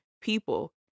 people